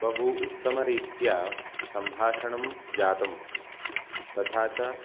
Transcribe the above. बहु उत्तमरीत्या सम्भाषणं जातं तथा च